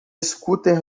scooter